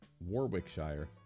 Warwickshire